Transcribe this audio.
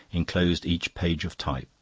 enclosed each page of type,